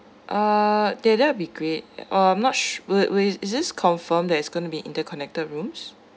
uh then that'll be great um not will will is this confirm that it's gonna be interconnected rooms